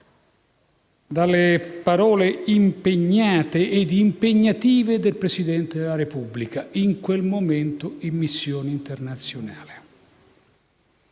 dalle parole impegnate e impegnative del Presidente della Repubblica, in quel momento in missione internazionale.